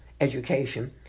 education